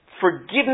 forgiveness